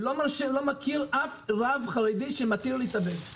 אני לא מכיר אף רב חרדי שמתיר להתאבד.